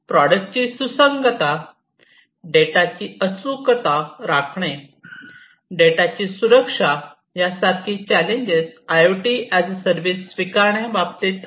प्रॉडक्टची सुसंगतता डेटाची अचूकता राखणे डेटाची सुरक्षा या सारखी challenges I O T as a service स्वीकारण्याच्या बाबतीत आहेत